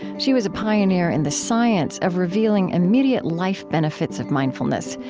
she was a pioneer in the science of revealing immediate life benefits of mindfulness,